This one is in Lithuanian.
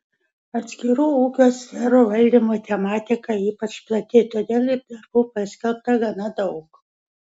atskirų ūkio sferų valdymo tematika ypač plati todėl ir darbų paskelbta gana daug